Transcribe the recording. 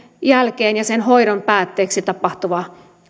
jälkeen ja sen hoidon päätteeksi tapahtuva